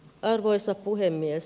arvoisa puhemies